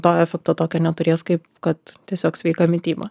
to efekto tokio neturės kaip kad tiesiog sveika mityba